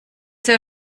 sehr